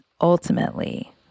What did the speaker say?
ultimately